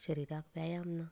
शरिराक व्यायाम ना